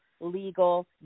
legal